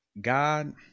God